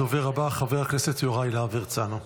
הדובר הבא, חבר הכנסת יוראי להב הרצנו.